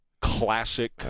classic